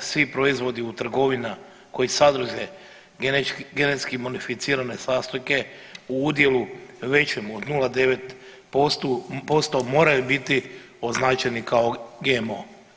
svi proizvodi u trgovini koji sadrže genetski modificirane sastojke u udjelu većem od 0,9% moraju biti označeni kao GMO.